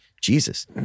Jesus